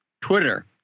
Twitter